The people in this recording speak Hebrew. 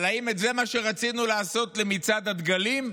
אבל האם זה מה שרצינו לעשות למצעד הדגלים?